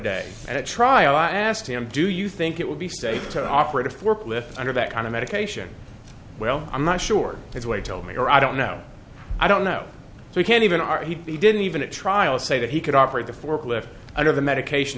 day at trial i asked him do you think it would be safe to operate a forklift under that kind of medication well i'm not sure his way told me or i don't know i don't know if we can even are he didn't even at trial say that he could operate the forklift under the medication